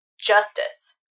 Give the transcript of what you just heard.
justice